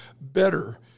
better